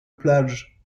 plage